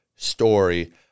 story